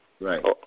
Right